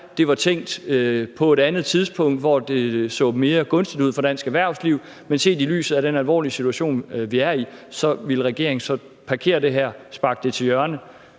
det var tænkt på et andet tidspunkt, hvor det så mere gunstigt ud for dansk erhvervsliv, men at regeringen set i lyset af den alvorlige situation, vi er i, ville parkere det, sparke det til hjørne,